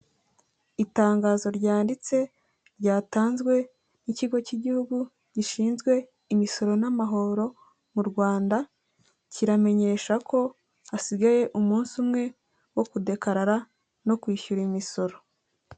Itangazo ryanditse ryatanzwe n'ikigo cy'igihugu gishinzwe imisoro n'amahoro mu Rwanda, kiramenyesha ko hasigaye umunsi umwe wo kudekarara no kwishyura imisoro.